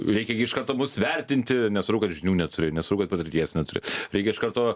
reikia gi iš karto mus vertinti nesvarbu kad žinių neturi nesvarbu kad patirties neturi reikia iš karto